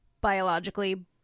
biologically